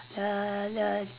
the the